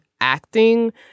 acting